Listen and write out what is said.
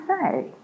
say